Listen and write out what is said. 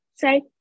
say